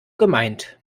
gemeint